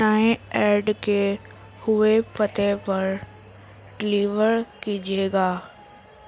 نئے ایڈ کئے ہوئے پتے پر ڈیلیور کیجیے گا